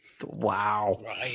Wow